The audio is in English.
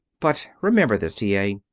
but remember this, t. a.